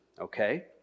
okay